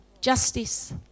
justice